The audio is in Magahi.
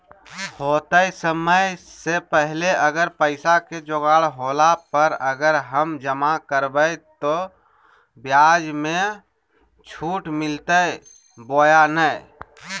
होतय समय से पहले अगर पैसा के जोगाड़ होला पर, अगर हम जमा करबय तो, ब्याज मे छुट मिलते बोया नय?